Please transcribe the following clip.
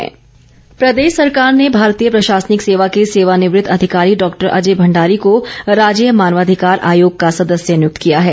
नियुक्ति प्रदेश सरकार ने भारतीय प्रशासनिक सेवा के सेवानिवृत अधिकारी डॉ अजय भंडारी को राज्य मानवाधिकार आयोग का सदस्य नियुक्ति किया है